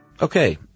Okay